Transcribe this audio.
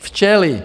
Včely.